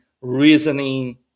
reasoning